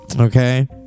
Okay